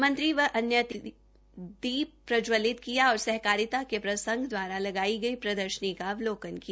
मंत्री व अन्य अतिथियों ने दीप प्रज्वतिल किया और सहकारिता के प्रसंघ द्वारा लगाई गई प्रदर्शनी का अवलोकन किया